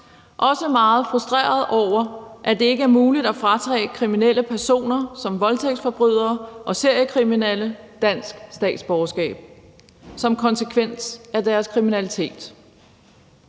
også meget frustrerede over, at det ikke er muligt at fratage kriminelle personer som voldtægtsforbrydere og seriekriminelle dansk statsborgerskab som konsekvens af deres kriminalitet.